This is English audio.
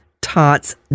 tots